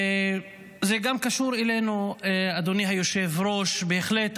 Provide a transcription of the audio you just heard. כן, זה גם קשור אלינו, אדוני היושב-ראש, בהחלט.